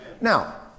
Now